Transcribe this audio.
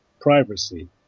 privacy